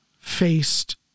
faced